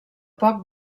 poc